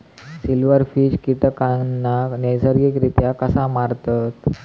Silverfish कीटकांना नैसर्गिकरित्या कसा मारतत?